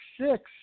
six –